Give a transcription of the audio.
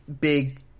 big